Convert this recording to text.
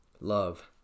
love